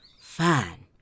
Fine